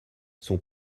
son